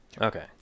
Okay